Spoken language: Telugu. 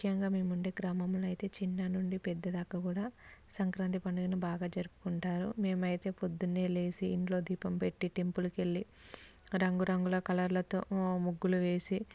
ముఖ్యంగా మేము ఉండే గ్రామంలో అయితే చిన్న నుండి పెద్ద దాకా కూడా సంక్రాంతి పండుగను బాగా జరుపుకుంటారు మేమైతే పొద్దున్న లేచి ఇంట్లో దీపం పెట్టి టెంపుల్ కి వెళ్ళి రంగు రంగుల కలర్లతో ముగ్గులు వేసి